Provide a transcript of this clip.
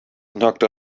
knocked